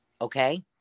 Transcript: Okay